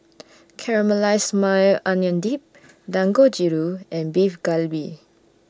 Caramelized Maui Onion Dip Dangojiru and Beef Galbi